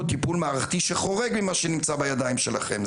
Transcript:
טיפול מערכתי שחורג ממה שנמצא בידיים שלכם,